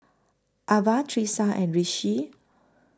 Avah Tisha and Rishi